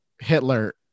Hitler